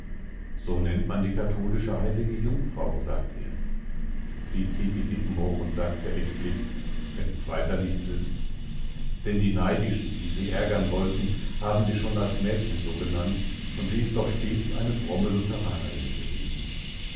so nennt man die katholische heilige jungfrau sagt er sie zieht die lippen hoch und sagt verächtlich wenn's weiter nichts ist denn die neidischen die sie ärgern wollten haben sie schon als mädchen so genannt und sie ist doch stets eine fromme lutheranerin gewesen